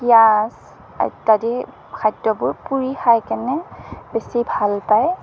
পিঁয়াজ ইত্যাদি খাদ্যবোৰ পুৰি খাই কেনে বেছি ভাল পায়